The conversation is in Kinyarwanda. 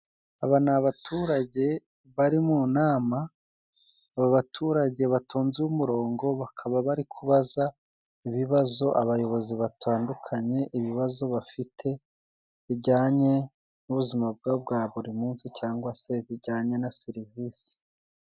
Aba ni abaturage bari mu nama, aba baturage batonze umurongo bakaba bari kubaza ibibazo abayobozi batandukanye ibibazo bafite bijyanye n'ubuzima bwabo bwa buri munsi cyangwa se bijyanye na serivisi.